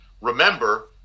remember